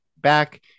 back